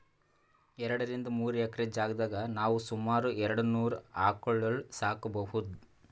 ಎರಡರಿಂದ್ ಮೂರ್ ಎಕ್ರೆ ಜಾಗ್ದಾಗ್ ನಾವ್ ಸುಮಾರ್ ಎರಡನೂರ್ ಆಕಳ್ಗೊಳ್ ಸಾಕೋಬಹುದ್